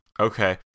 Okay